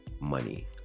money